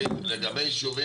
בירוחם